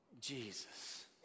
Jesus